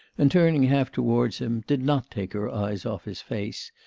and turning half towards him, did not take her eyes off his face,